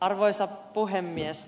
arvoisa puhemies